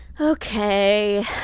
Okay